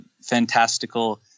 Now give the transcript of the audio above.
fantastical